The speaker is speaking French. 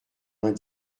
vingt